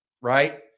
right